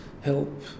help